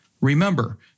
Remember